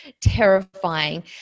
terrifying